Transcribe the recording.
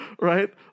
right